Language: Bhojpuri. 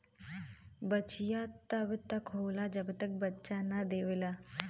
बछिया तब तक होला जब तक बच्चा न देवेला